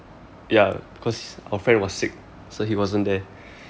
ya cause our friend was sick so he wasn't there